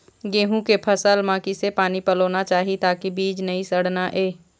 गेहूं के फसल म किसे पानी पलोना चाही ताकि बीज नई सड़ना ये?